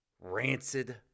rancid